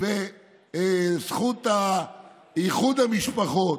וזכות איחוד המשפחות.